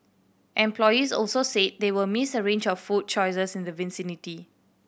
employees also said they will miss the range of food choices in the vicinity